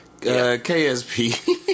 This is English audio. KSP